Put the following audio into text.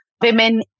women